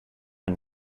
and